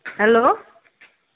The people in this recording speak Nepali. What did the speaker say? हेलो